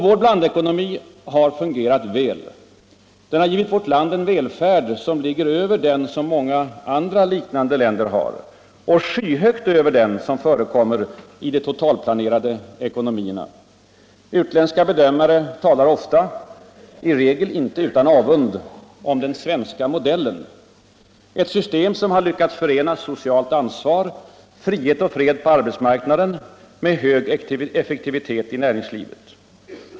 Vår blandekonomi har fungerat väl. Den har givit vårt land en välfärd som ligger över den som många andra liknande länder har och skyhögt över den som förekommer i de totalplanerade ekonomierna. Utländska bedömare talar i regel inte utan avund — om ”den svenska modellen”, ett system som lyckats förena socialt ansvar, frihet och fred på arbetsmarknaden med hög effektivitet i näringslivet.